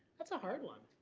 that's a hard one.